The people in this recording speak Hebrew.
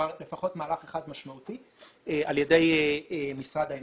לפחות מהלך אחד משמעותי על ידי משרד האנרגיה.